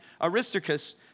Aristarchus